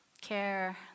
Care